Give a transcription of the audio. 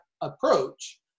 approach